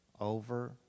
over